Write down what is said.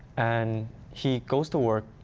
and he goes to work,